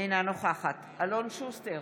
אינה נוכחת אלון שוסטר,